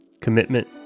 commitment